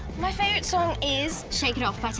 my favourite song is, shake it off, but